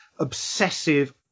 obsessive